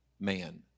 man